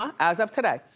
as of today.